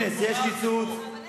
ג'ומס, יש קיצוץ, אבל מה תעשה?